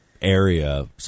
area